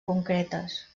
concretes